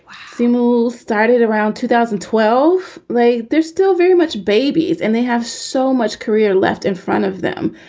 see, moules started around two thousand and twelve. like there's still very much babies and they have so much career left in front of them.